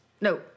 No